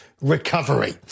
recovery